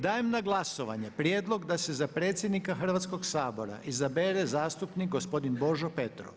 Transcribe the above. Dajem na glasovanje prijedlog da se za predsjednika Hrvatskoga sabora izabere zastupnik gospodin Božo Petrov.